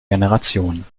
generation